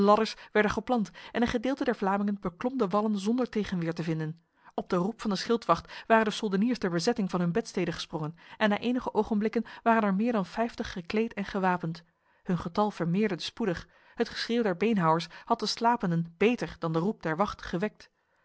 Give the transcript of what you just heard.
werden geplant en een gedeelte der vlamingen beklom de wallen zonder tegenweer te vinden op de roep van de schildwacht waren de soldeniers der bezetting van hun bedstede gesprongen en na enige ogenblikken waren er meer dan vijftig gekleed en gewapend hun getal vermeerderde spoedig het geschreeuw der beenhouwers had de slapenden beter dan de roep der wacht gewekt